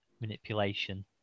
manipulation